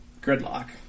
gridlock